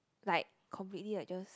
like completely like just